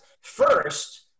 First